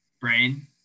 brain